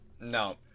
no